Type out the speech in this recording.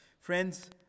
Friends